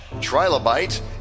Trilobite